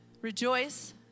Rejoice